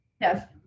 Yes